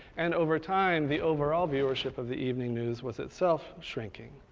and over time the overall viewership of the evening news was itself shrinking.